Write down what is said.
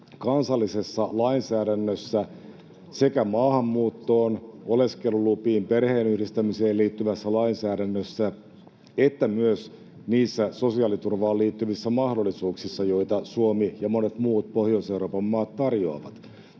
kansallisessa lainsäädännössä, sekä maahanmuuttoon, oleskelulupiin ja perheenyhdistämiseen liittyvässä lainsäädännössä että myös niissä sosiaaliturvaan liittyvissä mahdollisuuksissa, joita Suomi ja monet muut Pohjois-Euroopan maat tarjoavat.